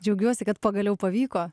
džiaugiuosi kad pagaliau pavyko